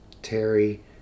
Terry